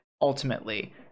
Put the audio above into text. ultimately